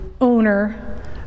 owner